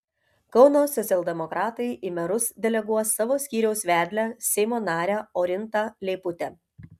kauno socialdemokratai į merus deleguos savo skyriaus vedlę seimo narę orintą leiputę